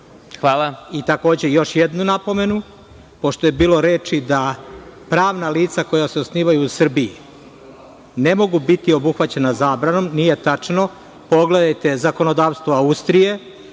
zakonom. Takođe, još jednu napomenu. Pošto je bilo reči da pravna lica koja se osnivaju u Srbiji ne mogu biti obuhvaćena zabranom, nije tačno. Pogledajte zakonodavstvo Austrije,